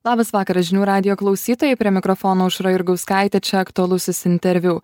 labas vakaras žinių radijo klausytojai prie mikrofono aušra jurgauskaitė čia aktualusis interviu